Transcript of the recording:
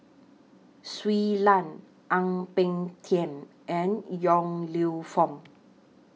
Shui Lan Ang Peng Tiam and Yong Lew Foong